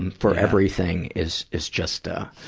and for everything, is, is just, ah,